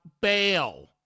bail